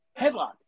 Headlock